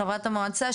חברת המועצה,